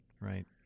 Right